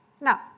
Now